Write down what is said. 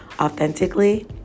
authentically